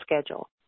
schedule